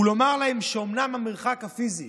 ולומר להם שאומנם המרחק הפיזי